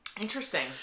Interesting